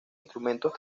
instrumentos